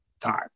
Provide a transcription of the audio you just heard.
time